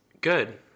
Good